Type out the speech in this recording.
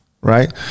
right